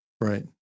Right